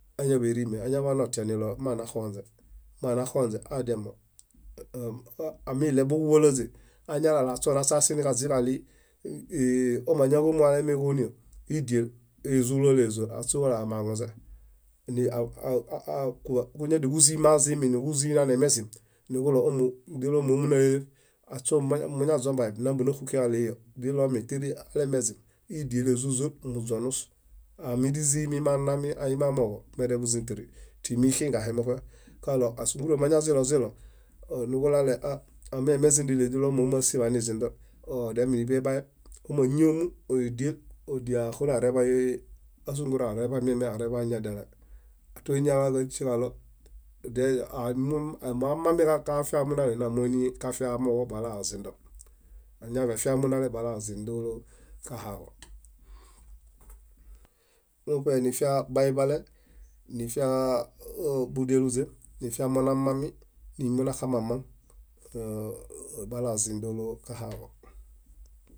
Áñeḃirime añaḃaotianiɭoo maanaxonźe, maanaxonźe aadiamo. Ámiɭeboġuḃolaźe añalala aśoo naśasiniġaźiġaɭii i- ii- ámañaġomu álemeġonio, íidiel ézulalezol áśeulu úlu amaŋuźe. Ni- aw- aw- kúñadianuġuzii mazimi, núġuzii mianemezim, nuġuɭo ómu źiɭomi ómunaleleṗ. Aśoo maña- muñaźombaeb námbenaxukiġaɭii źiɭomi tíri alemezim íidielezuzol muźonus, aa míźiziimi manami aimamooġo, mereḃuzĩtiri. Timi ixingahe muṗe kaɭo ásunguruwo mañazĩlõzĩlõ, nuġuɭale aɂ ámemezindili źiɭomi ómuasie anizindo ódiaminiḃebaeb, ámañiomu íidiel ódieaxunareḃay ásunguru, areḃamiame, areḃaañadiale. Átoiñaleġaśieġaɭo deĵa amu- moamamiġafiamunale namoiniġafiamooġo balaozindo. Añaḃaifiamunale bala ózindolo kahaaġo. Muṗe nifia baiḃale, nifiaa búdialuźe, nifiamonamami niminaxamamaŋ, áa- bala ózindolo kahaaġo.